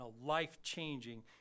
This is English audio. life-changing